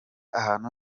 ahantu